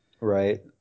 Right